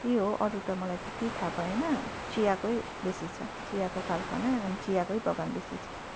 त्यही हो अरू त मलाई त्यति थाह भएन चियाकै बेसी छ चियाको कारखाना अनि चियाै बगान बेसी छ